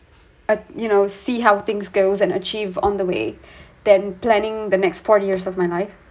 uh you know see how things goes and achieved on the way than planning the next forty years of my life